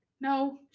No